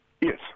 Yes